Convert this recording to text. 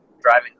driving